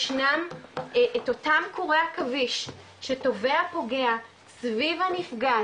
ישנם את אותם קורי עכביש שטווה הפוגע סביב הנפגע,